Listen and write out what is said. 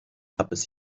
hapus